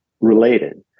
related